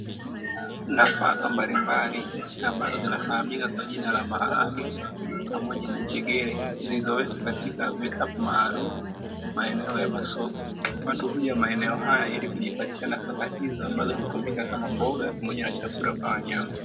Nafaka mbalimbali, ambazo zinafahamika kwa jina la maharage pamoja na njegere, zilizowekwa katika vikapu maalumu, maeneo ya masoko. Watu huja maeneo haya ili kujipatia nafaka hizo ambazo hutumika kama mboga, pamoja na chakula kwa wanyama.